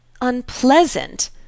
Unpleasant